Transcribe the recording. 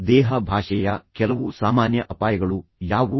ದೇಹ ಭಾಷೆಯ ಕೆಲವು ಸಾಮಾನ್ಯ ಅಪಾಯಗಳು ಯಾವುವು